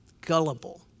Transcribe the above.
gullible